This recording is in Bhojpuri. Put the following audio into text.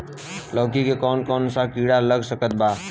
लौकी मे कौन कौन सा कीड़ा लग सकता बा?